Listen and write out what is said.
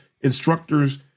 instructors